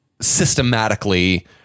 systematically